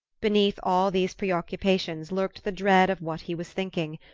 beneath all these preoccupations lurked the dread of what he was thinking.